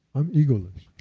i'm egoless.